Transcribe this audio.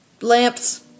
Lamps